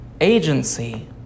agency